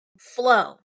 flow